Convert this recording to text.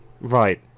Right